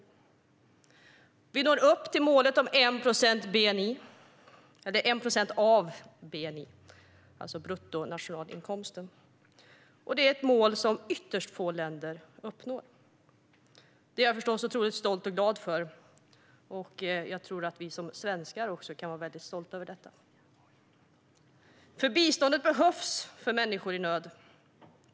Med det når vi upp till målet om 1 procent av bni, vilket är ett mål som ytterst få länder uppnår. Jag är förstås otroligt stolt och glad över detta, och jag tror att vi som svenskar också kan vara väldigt stolta över det. Biståndet behövs för människor i nöd.